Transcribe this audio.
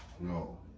no